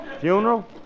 Funeral